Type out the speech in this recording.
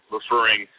referring